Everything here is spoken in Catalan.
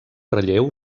relleu